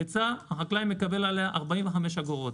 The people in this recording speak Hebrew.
על ביצה חקלאי מקבל 45 אגורות.